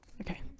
Okay